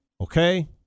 Okay